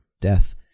death